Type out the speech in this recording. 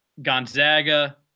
Gonzaga